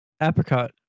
Apricot